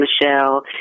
Michelle